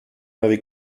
m’avez